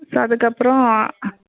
so அதற்கப்றோம்